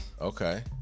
Okay